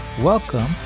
Welcome